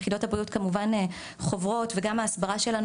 יחידות הבריאות חוברות וגם ההסברה שלנו